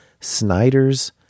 Snyder's